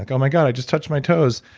like oh my god, i just touched my toes.